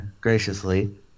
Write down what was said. graciously